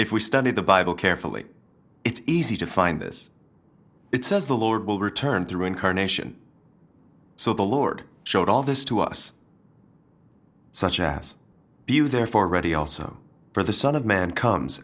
if we study the bible carefully it's easy to find this it says the lord will return through incarnation so the lord showed all this to us such as be there for ready also for the son of man comes